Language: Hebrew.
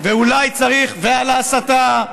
ואולי צריך, ועל ההסתה.